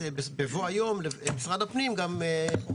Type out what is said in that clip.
בבוא היום למשרד הפנים גם לאפשר ועדה מוסמכת.